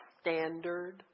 standard